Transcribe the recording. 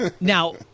Now